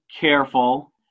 careful